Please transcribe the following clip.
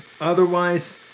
otherwise